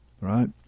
right